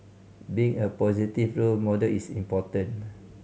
being a positive role model is important